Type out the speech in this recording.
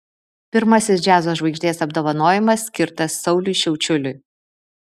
pirmasis džiazo žvaigždės apdovanojimas skirtas sauliui šiaučiuliui